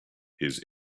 his